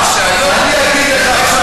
אני אגיד לך,